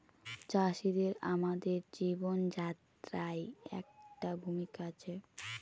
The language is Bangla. চাষিদের আমাদের জীবনযাত্রায় একটা ভূমিকা আছে